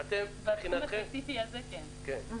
בתחום הספציפי הזה כן.